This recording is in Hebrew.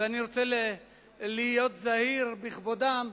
ואני רוצה להיות זהיר בכבודם,